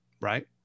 Right